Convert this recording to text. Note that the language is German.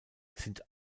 sind